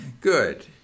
Good